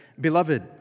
Beloved